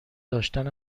داشتن